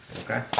Okay